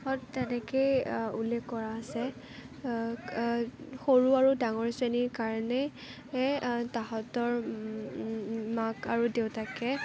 তেনেকেই উল্লেখ কৰা হৈছে সৰু আৰু ডাঙৰ শ্ৰেণীৰ কাৰণে তাহাঁতৰ মাক আৰু দেউতাকে